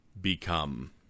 become